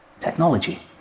technology